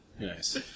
Nice